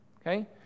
Okay